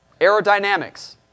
Aerodynamics